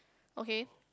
okay